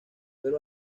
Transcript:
pero